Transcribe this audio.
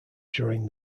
during